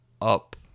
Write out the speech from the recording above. up